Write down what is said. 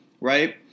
right